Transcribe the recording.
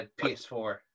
PS4